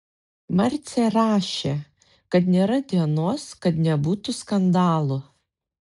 marcė rašė kad nėra dienos kad nebūtų skandalų